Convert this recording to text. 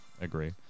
agree